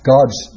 God's